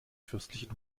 fürstlichen